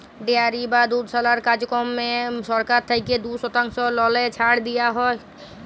dairy বা দুধশালার কাজকম্মে সরকার থ্যাইকে দু শতাংশ ললে ছাড় দিয়া হ্যয়